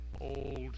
old